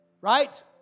right